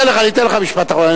אני אתן לך, אתן לך משפט אחרון.